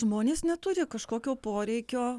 žmonės neturi kažkokio poreikio